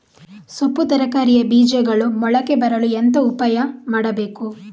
ಸೊಪ್ಪು ತರಕಾರಿಯ ಬೀಜಗಳು ಮೊಳಕೆ ಬರಲು ಎಂತ ಉಪಾಯ ಮಾಡಬೇಕು?